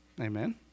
Amen